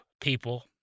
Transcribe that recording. people